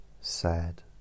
sad